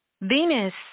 Venus